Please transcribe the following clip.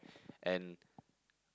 and